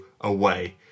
away